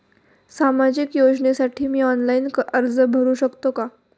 सामाजिक योजनेसाठी मी ऑनलाइन अर्ज करू शकतो का?